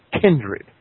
kindred